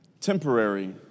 Temporary